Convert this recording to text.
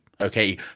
Okay